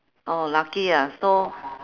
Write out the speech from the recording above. oh lucky ah so